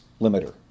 limiter